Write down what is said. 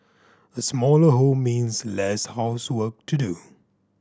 a smaller home means less housework to do